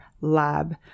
lab